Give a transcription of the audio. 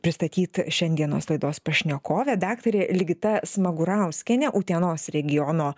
pristatyti šiandienos laidos pašnekovę daktarę ligita smagurauskienė utenos regiono